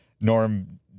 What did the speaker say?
Norm